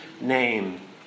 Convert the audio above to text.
name